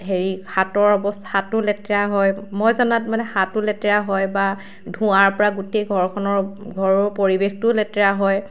হেৰি হাতৰ অৱস্থা হাতো লেতেৰা হয় মই জনাত মানে হাতো লেতেৰা হয় বা ধোঁৱাৰপৰা গোটেই ঘৰখনৰ ঘৰৰ পৰিৱেশটো লেতেৰা হয়